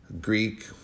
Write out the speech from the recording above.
Greek